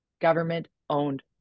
government-owned